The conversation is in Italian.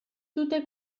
tutte